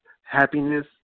happiness